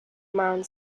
mound